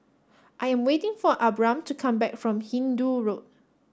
I am waiting for Abram to come back from Hindoo Road